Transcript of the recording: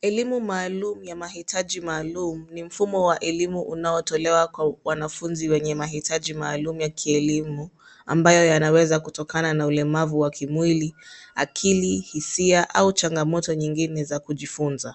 Elimu maalum ya mahitaji maalum ni mfumo wa elimu unaotolewa kwa wanafunzi wenye mahitaji maalum ya kielimu ambayo yanaweza kutokana na ulemavu wa kimwili, akili, hisia au changamoto nyingine za kujifunza.